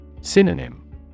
Synonym